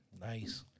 Nice